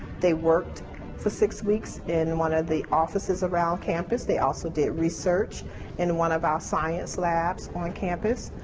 they worked the so six weeks in one of the offices around campus. they also did research in one of our science labs on campus.